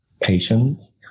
patience